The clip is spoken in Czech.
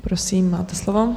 Prosím, máte slovo.